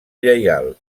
lleial